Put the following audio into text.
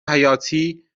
حیاتی